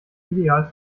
ideal